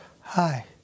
Hi